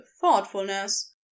thoughtfulness